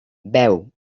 veu